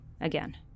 again